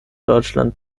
deutschland